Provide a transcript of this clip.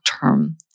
term